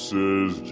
Says